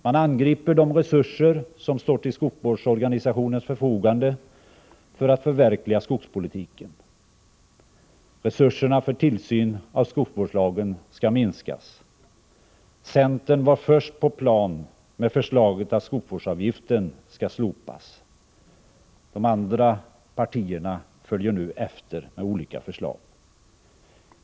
Man angriper de resurser som står till skogsvårdsorganisationens förfogande för att förverkliga skogspolitiken. Resurserna för tillsyn av skogsvårdslagen skall minskas. Centern var först på plan med förslaget att skogsvårdsavgiften skall slopas. De andra partierna följer nu efter med olika förslag.